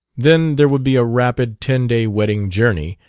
then there would be a rapid ten-day wedding-journey,